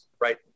right